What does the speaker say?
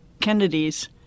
Kennedy's